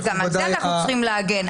שגם על זה אנחנו צריכים להגן,